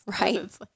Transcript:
Right